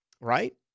right